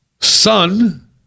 son